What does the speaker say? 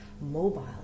mobile